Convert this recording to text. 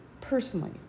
personally